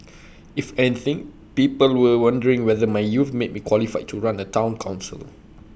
if anything people were wondering whether my youth made me qualified to run A Town Council